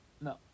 No